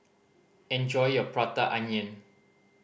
enjoy your Prata Onion